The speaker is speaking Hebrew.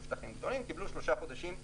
שטחים גדולים בתעשייה - קיבלו שלושה חודשים חינם.